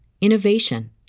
innovation